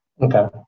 Okay